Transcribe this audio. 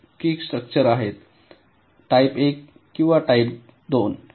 तर एलएफएसआरच्या दोन वैकल्पिक स्ट्रक्चर आहेत टाइप एक किंवा टाइप2